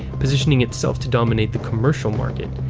positioning itself to dominate the commercial market,